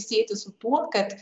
sieti su tuo kad